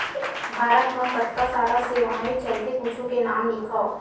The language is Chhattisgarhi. भारत मा कतका सारा सेवाएं चलथे कुछु के नाम लिखव?